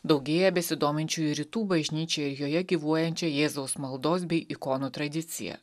daugėja besidominčių į rytų bažnyčią joje gyvuojančią jėzaus maldos bei ikonų tradiciją